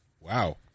wow